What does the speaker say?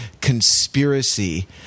conspiracy